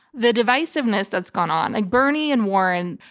the divisiveness that's gone on, bernie and warren,